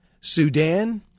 Sudan